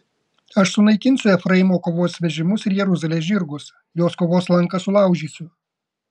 aš sunaikinsiu efraimo kovos vežimus ir jeruzalės žirgus jos kovos lanką sulaužysiu